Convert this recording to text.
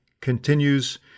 continues